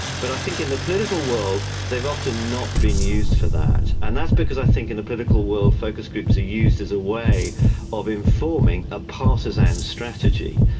but i think in the political world they've often not being used for that, and that's because i think in the political world focus groups are used as a way of informing a partisan strategy,